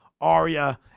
Arya